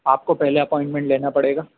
آپ کو پہلے اپوائنٹمنٹ لینا پڑے گا